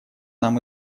нам